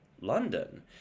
London